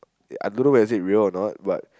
I don't know whether is it real or not but